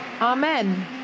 Amen